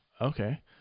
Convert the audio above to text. okay